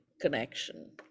connection